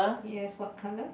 yes what colour